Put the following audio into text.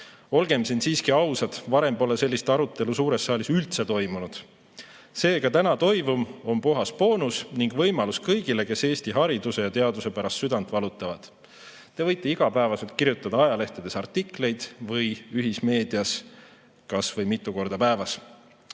Olgem siiski ausad, varem pole sellist arutelu suures saalis üldse toimunud. Seega, täna toimuv on puhas boonus ning võimalus kõigile, kes Eesti hariduse ja teaduse pärast südant valutavad. Te võite igapäevaselt kirjutada ajalehtedes artikleid või ühismeedias kas või mitu korda päevas.